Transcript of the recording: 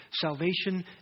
Salvation